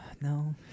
No